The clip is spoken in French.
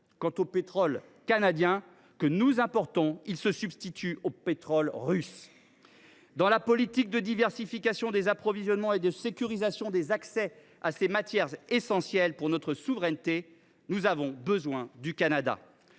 Quant au pétrole canadien que nous importons, il se substitue au pétrole russe… Bref, dans la politique de diversification des approvisionnements et de sécurisation des accès à ces matières essentielles pour notre souveraineté, nous avons besoin du Canada.